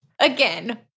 Again